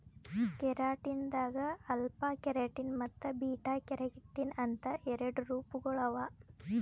keratin ದಾಗ್ alpha keratin ಮತ್ತ್ beta keratin ಅಂತ್ ಎರಡು ರೂಪಗೊಳ್ ಅವಾ